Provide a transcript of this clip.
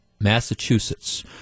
Massachusetts